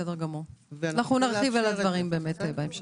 נרחיב על הדברים בהמשך.